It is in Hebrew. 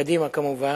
וקדימה כמובן,